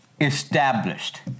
established